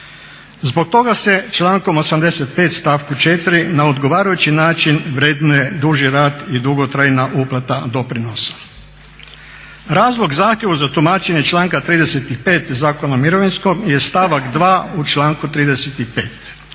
Zbog toga se člankom 85.stavku 4.na odgovarajući način vrednuje duži rad i dugotrajna uplata doprinosa. Razlog zahtjeva za tumačenje članka 35. Zakona o mirovinskom je stavak 2.u članku 35.jer